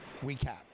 recap